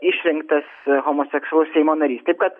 išrinktas homoseksualus seimo narys taip kad